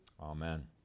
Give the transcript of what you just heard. Amen